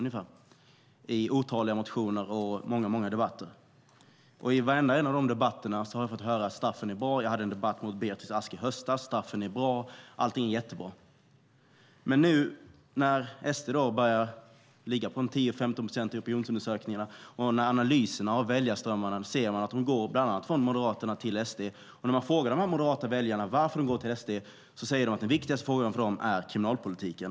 Jag har väckt otaliga motioner och deltagit i många debatter gällande just detta. I varenda debatt har jag fått höra att straffen är bra. Jag hade en debatt med Beatrice Ask i höstas - straffen är bra, allting är jättebra. Men nu börjar SD ligga på 10-15 procent i opinionsundersökningarna. Analysen av väljarströmmarna visar att de går bland annat från Moderaterna till SD. När man frågar de moderata väljarna varför de går till SD säger de att den viktigaste frågan för dem är kriminalpolitiken.